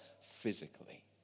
physically